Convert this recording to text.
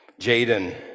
Jaden